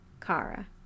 Kara